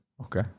Okay